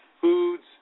foods